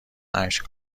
اشک